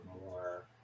more